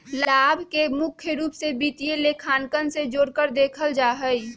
लाभ के मुख्य रूप से वित्तीय लेखांकन से जोडकर देखल जा हई